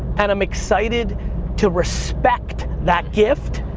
and i'm excited to respect that gift,